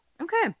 okay